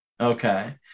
Okay